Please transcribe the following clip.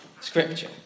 Scripture